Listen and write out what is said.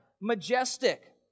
majestic